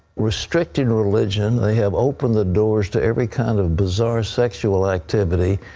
restricted religion. they have opened the doors to every kind of bizarre sexual activity.